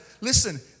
listen